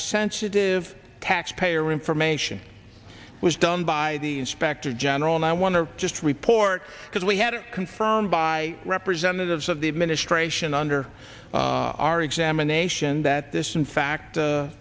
sensitive taxpayer information was done by the inspector general and i want to just report because we had it confirmed by representatives of the administration under our examination that this in fact